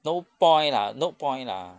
no point lah no point lah